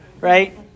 Right